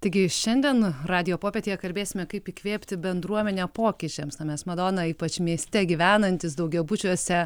taigi šiandien radijo popietėje kalbėsime kaip įkvėpti bendruomenę pokyčiams na mes madona ypač mieste gyvenantys daugiabučiuose